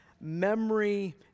memory